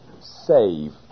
save